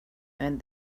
and